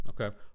okay